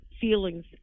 feelings